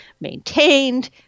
maintained